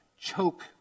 choke